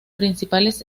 principales